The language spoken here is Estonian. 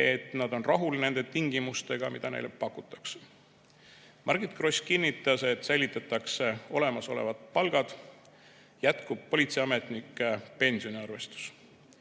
et nad on rahul nende tingimustega, mida neile pakutakse. Margit Gross kinnitas, et säilitatakse olemasolevad palgad, jätkub politseiametnike pensioniarvestus.